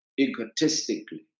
egotistically